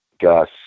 Gus